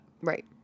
Right